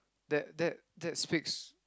that that that speaks